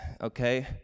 okay